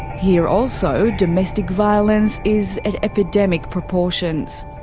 here also, domestic violence is at epidemic proportions.